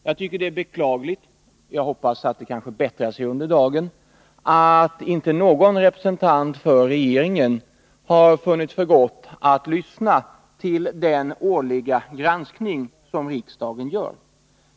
Jag tycker det är beklagligt — men jag hoppas att det bättrar sig under dagen — att inte någon representant för regeringen har funnit för gott att lyssna till den årliga granskning av dess verksamhet som riksdagen gör.